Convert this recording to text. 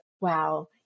wow